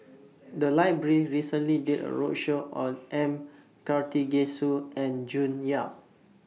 The Library recently did A roadshow on M Karthigesu and June Yap